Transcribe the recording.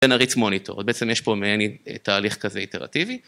ונריץ מוניטור, אז בעצם יש פה מעניין תהליך כזה איטרטיבי.